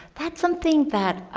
that's something that